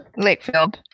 Lakefield